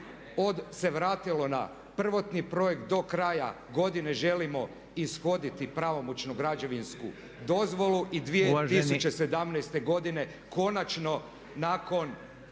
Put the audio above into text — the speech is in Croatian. se vratilo na prvotni projekt. Do kraja godine želimo ishoditi pravomoćnu građevinsku dozvolu i 2017. godine konačno nakon